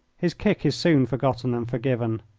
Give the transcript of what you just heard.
his kick is soon forgotten and forgiven.